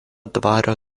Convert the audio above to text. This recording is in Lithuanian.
dvaro